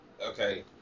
Okay